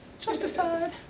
Justified